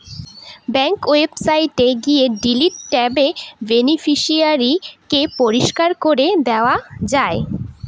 bank ওয়েবসাইটে গিয়ে delete ট্যাবে বেনিফিশিয়ারি কে পরিষ্কার করে দেওয়া যায়